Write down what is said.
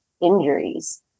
injuries